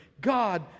God